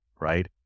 right